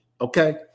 okay